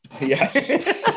Yes